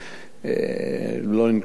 אני לא אנקוב בשמם,